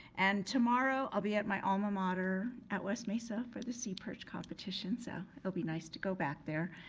and, tomorrow i'll be at my alma mater at west mesa for the seaperch competition so it'll be nice to go back there.